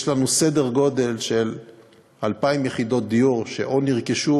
יש לנו סדר גודל של 2,000 יחידות דיור שאו נרכשו